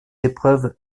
épreuves